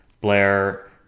blair